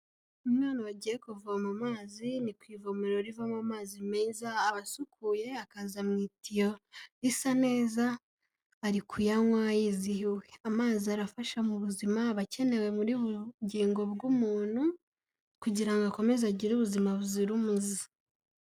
Umwana wagiye kuvoma amazi, ni ku ivomeriro rivaomo amazi meza, aba asukuye akaza mu itiyo risa neza, ari kuyanywa yizihiwe. Amazi arafasha mu buzima, aba akenewe muri bugingo bw'umuntu kugira ngo akomeze agire ubuzima buzira umuze.